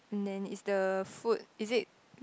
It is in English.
and then is the food is it